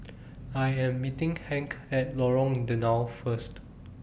I Am meeting Hank At Lorong Danau First